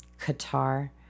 Qatar